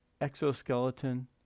exoskeleton